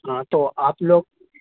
ہاں تو آپ لوگ